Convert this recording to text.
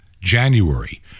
January